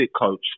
coach